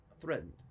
threatened